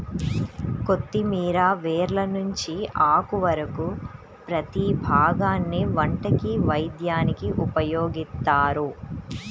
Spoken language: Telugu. కొత్తిమీర వేర్ల నుంచి ఆకు వరకు ప్రతీ భాగాన్ని వంటకి, వైద్యానికి ఉపయోగిత్తారు